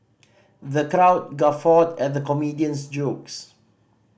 the crowd guffawed at the comedian's jokes